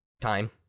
time